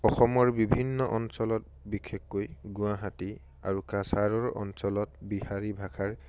অসমৰ বিভিন্ন অঞ্চলত বিশেষকৈ গুৱাহাটী আৰু কাছাৰৰ অঞ্চলত বিহাৰী ভাষাৰ